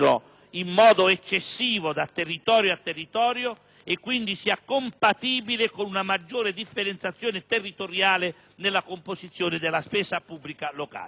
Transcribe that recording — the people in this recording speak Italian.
in modo eccessivo da territorio a territorio e, quindi, sia compatibile con una maggiore differenziazione territoriale nella composizione della spesa pubblica locale.